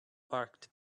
parked